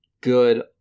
good